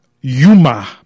Yuma